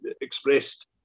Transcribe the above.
expressed